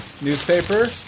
Newspaper